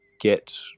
get